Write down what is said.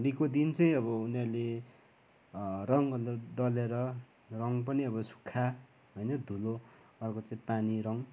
होलीको दिन चाहिँ अब उनीहरूले रङ्ग दलेर रङ्ग पनि अब सुक्खा होइन धुलो अर्को चाहिँ पानी रङ्ग